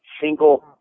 single